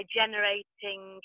generating